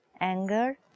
anger